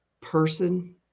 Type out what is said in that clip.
person